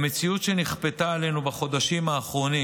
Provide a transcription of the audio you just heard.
במציאות שנכפתה עלינו בחודשים האחרונים,